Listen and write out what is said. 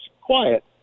quiet